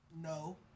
No